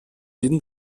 jeden